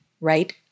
right